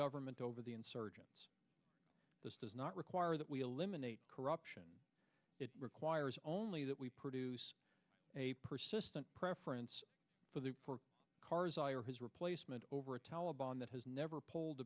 government over the insurgents this does not require that we eliminate corruption it requires only that we produce a persistent preference for the cars i or his replacement over a taleban that has never polled